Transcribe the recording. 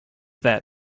that